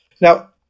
Now